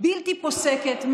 בלתי פוסקת,